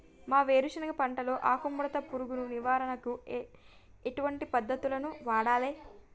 మా వేరుశెనగ పంటలో ఆకుముడత పురుగు నివారణకు ఎటువంటి పద్దతులను వాడాలే?